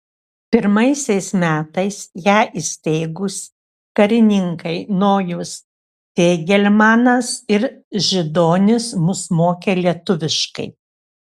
pirmaisiais metais ją įsteigus karininkai nojus feigelmanas ir židonis mus mokė lietuviškai